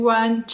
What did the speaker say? one